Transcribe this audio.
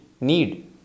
need